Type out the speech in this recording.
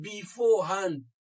beforehand